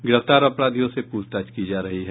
गिरफ्तार अपराधियों से पूछताछ की जा रही है